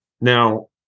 Now